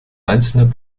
einzelner